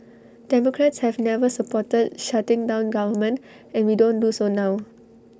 democrats have never supported shutting down government and we don't do so now